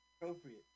Appropriate